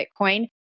Bitcoin